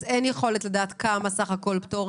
אין יכולת לדעת כמה פטורים בסך הכול.